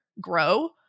grow